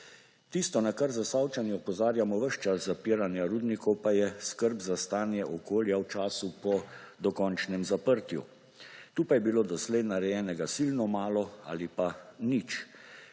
Tisto, na kar Zasavčani opozarjamo ves čas zapiranja rudnikov, pa je skrb za stanje okolja v času po dokončnem zaprtju. Tu je bilo doslej narejenega silno malo ali pa nič.